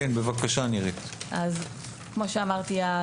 כמו שאמרתי,